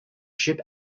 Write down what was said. ship